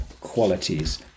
qualities